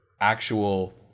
actual